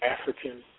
African